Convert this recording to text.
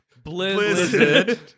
Blizzard